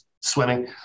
swimming